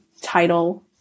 title